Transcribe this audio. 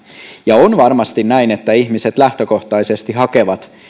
ja on varmasti näin että ihmiset lähtökohtaisesti hakevat työtä